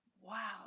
wow